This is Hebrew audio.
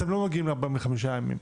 אתם לא מגיעים ל-45 ימים.